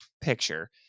picture